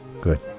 Good